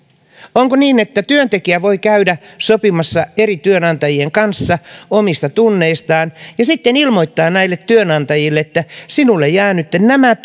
onko niin että työntekijä voi käydä sopimassa eri työnantajien kanssa omista tunneistaan ja sitten ilmoittaa näille työnantajille että sinulle jää nytten nämä